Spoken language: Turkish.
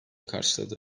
karşıladı